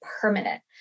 permanent